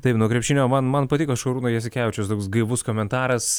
taip nuo krepšinio man man patiko šarūno jasikevičiaus toks gaivus komentaras